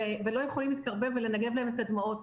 ולא יכול להתקרב אליהם ולנגב להם את הדמעות.